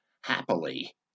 happily